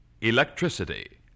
Electricity